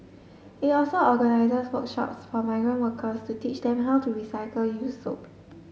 it also organises workshops for migrant workers to teach them how to recycle use soap